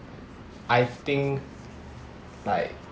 I think like